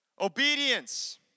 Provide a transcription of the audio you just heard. Obedience